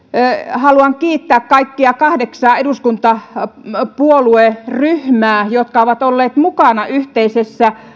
haluan kiittää kaikkia kahdeksaa eduskuntapuolueryhmää jotka ovat olleet mukana yhteisessä